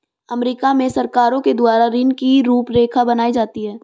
अमरीका में सरकारों के द्वारा ऋण की रूपरेखा बनाई जाती है